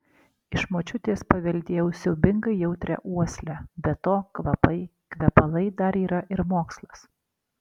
iš močiutės paveldėjau siaubingai jautrią uoslę be to kvapai kvepalai dar yra ir mokslas